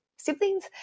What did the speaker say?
Siblings